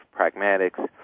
pragmatics